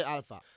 Alpha